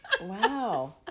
Wow